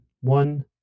one